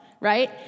right